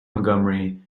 montgomery